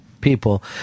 people